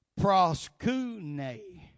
proskune